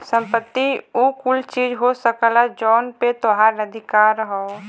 संपत्ति उ कुल चीज हो सकला जौन पे तोहार अधिकार हौ